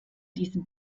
diesem